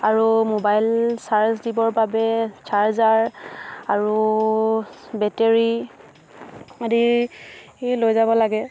আৰু mobile charge দিবৰ বাবে চাৰ্জাৰ আৰু বেটেৰী আদি লৈ যাব লাগে